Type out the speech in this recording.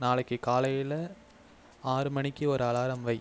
நாளைக்கு காலையில ஆறு மணிக்கு ஒரு அலாரம் வை